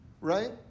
Right